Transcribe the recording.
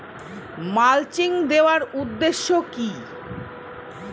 Mulching দেওয়ার উদ্দেশ্য কি?